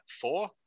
Four